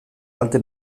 kalte